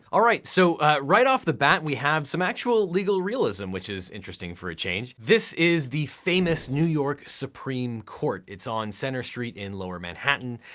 all right, so right off the bat, we have some actual legal realism, which is interesting for a change. this is the famous new york supreme court. it's on center street in lower manhattan.